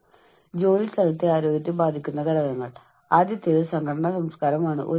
കൂടാതെ നമ്മുടെ തൊഴിൽ അന്തരീക്ഷത്തിൽ മാനസികമായി എത്ര സുഖം നമുക്ക് അനുഭവപ്പെടുന്നു എന്നതും നമ്മൾ കാണുന്നു